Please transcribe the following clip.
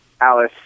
Alice